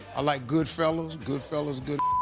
ah like good fellas. good fellas, good